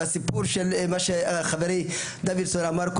והסיפור של מה שחברי דוידסון אמר,